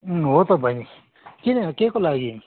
हो त बैनी किन केको लागि